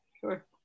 Sure